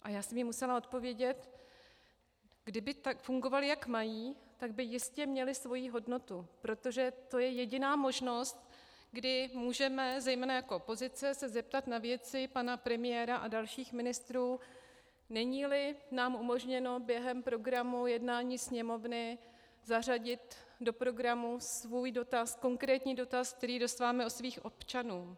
A já jsem jí musela odpovědět: kdyby fungovaly, jak mají, tak by jistě měly svoji hodnotu, protože to je jediná možnost, kdy můžeme zejména jako opozice se zeptat na věci pana premiéra a dalších ministrů, neníli nám umožněno během programu jednání Sněmovny zařadit do programu svůj dotaz, konkrétní dotaz, který dostáváme od svých občanů.